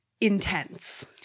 intense